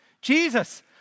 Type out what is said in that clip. Jesus